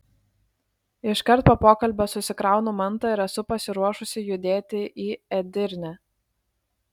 iškart po pokalbio susikraunu mantą ir esu pasiruošusi judėti į edirnę